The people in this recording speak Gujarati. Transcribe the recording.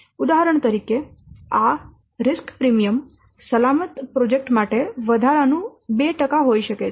ઉદાહરણ તરીકે આ જોખમ પ્રીમિયમ સલામત પ્રોજેક્ટ્સ માટે વધારાનું 2 હોઈ શકે છે